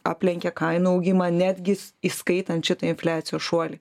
aplenkė kainų augimą netgi įskaitant šitą infliacijos šuolį